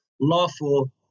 lawful